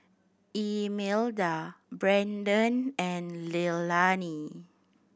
Imelda Braden and Leilani